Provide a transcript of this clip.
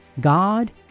God